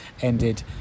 ended